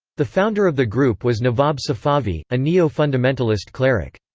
the founder of the group was navab safavi, a neo-fundamentalist cleric.